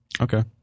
Okay